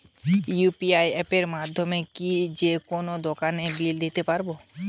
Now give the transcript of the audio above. UPI অ্যাপের মাধ্যমে আমি কি যেকোনো দোকানের বিল দিতে পারবো?